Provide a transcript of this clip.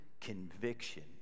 conviction